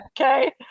Okay